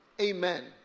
amen